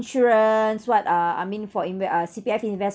insurance what uh I mean for inve~ uh C_P_F investment